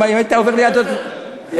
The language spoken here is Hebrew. אם היית עובר ליהדות התורה, לא, להפך.